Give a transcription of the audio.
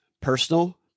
personal